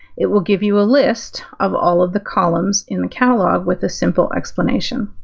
it will give you a list of all of the columns in the catalog with a simple explanation.